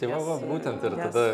tai va va būtent ir tada